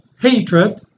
hatred